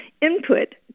input